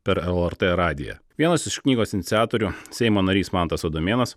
per lrt radiją vienas iš knygos iniciatorių seimo narys mantas adomėnas